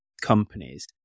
companies